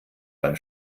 beim